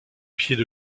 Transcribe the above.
pieds